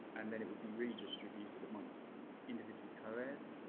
and then it would be redistributed amongst individual co-heirs.